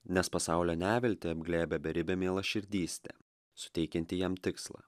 nes pasaulio neviltį apglėbia beribė mielaširdystė suteikianti jam tikslą